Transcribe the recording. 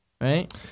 right